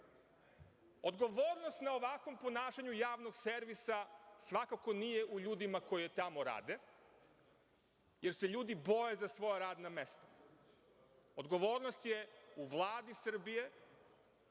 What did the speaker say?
stvari. Odgovornost na ovakvom ponašanju javnog servisa svakako nije u ljudima koji tamo rade, jer se ljudi boje za svoja radna mesta. Odgovornost je u Vladi Srbije,